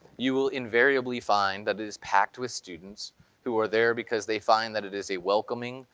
you will invariably find that it is packed with students who are there because they find that it is a welcoming,